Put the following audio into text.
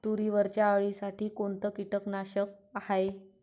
तुरीवरच्या अळीसाठी कोनतं कीटकनाशक हाये?